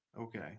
Okay